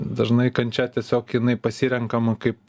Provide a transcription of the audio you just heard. dažnai kančia tiesiog jinai pasirenkama kaip